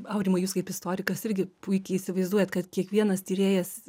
aurimai jūs kaip istorikas irgi puikiai įsivaizduojat kad kiekvienas tyrėjas